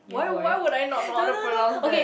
why why would I know know how to pronounce that